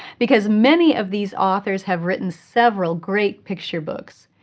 because many of these authors have written several great picture books.